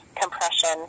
compression